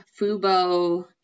FUBO